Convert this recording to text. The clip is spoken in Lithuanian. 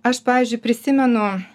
aš pavyzdžiui prisimenu